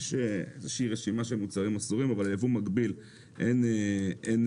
יש רשימה של מוצרים אסורים אבל יבוא מקביל אין הגבלות.